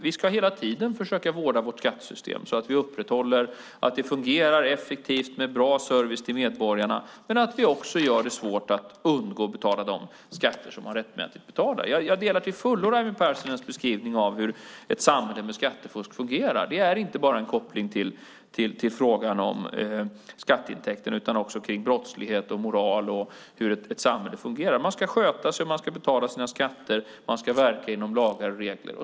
Vi ska hela tiden försöka vårda vårt skattesystem så att vi upprätthåller att det fungerar effektivt med bra service till medborgarna samt gör det svårt att undgå att betala de skatter man rätteligen ska betala. Jag delar till fullo Raimo Pärssinens beskrivning av hur ett samhälle med skattefusk fungerar. Det är inte bara en koppling till frågan om skatteintäkter utan också om brottslighet, moral och hur ett samhälle fungerar. Man ska sköta sig, och man ska betala sina skatter. Man ska verka inom lagar och regler.